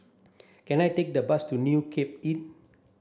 can I take the bus to New Cape Inn